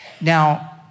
Now